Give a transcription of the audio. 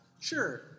sure